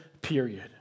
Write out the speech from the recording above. period